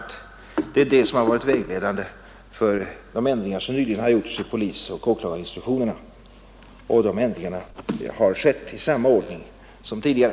Det är det som har varit vägledande för de ändringar som nyligen har gjorts i polisoch åklagarinstruktionerna, och de har skett i samma ordning som tidigare.